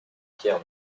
pierre